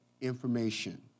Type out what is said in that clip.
information